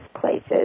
places